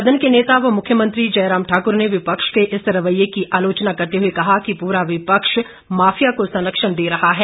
सदन के नेता व मुख्यमंत्री जयराम ठाकुर ने विपक्ष के इस रवैये की आलोचना करते हुए कहा कि पूरा विपक्ष माफिया को संरक्षण दे रहा है